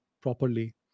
properly